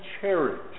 cherish